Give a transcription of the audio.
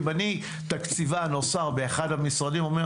אם אני תקציבאי או שר באחד המשרדים ואומר